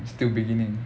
still beginning